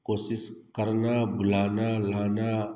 कोशिश करना बुलाना लाना